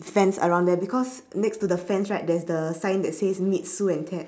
fence around there because next to the fence right there's the sign that says meet sue and ted